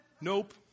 Nope